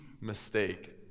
mistake